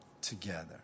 together